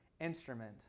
instrument